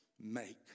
make